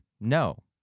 no